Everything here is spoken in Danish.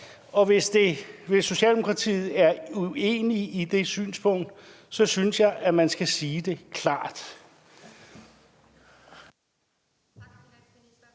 og hvis Socialdemokratiet er uenige i det synspunkt, synes jeg, at de skal sige det klart.